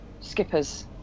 skipper's